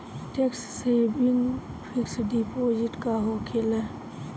Tax saving fix deposit का होखे ला?